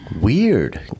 weird